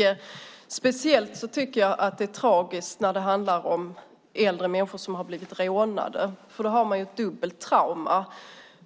Särskilt tragiskt tycker jag att det är när det handlar om äldre människor som blivit rånade, för då har man ett dubbelt trauma.